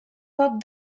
poc